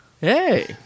Hey